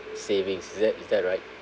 savings is that is that right